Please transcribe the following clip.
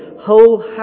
whole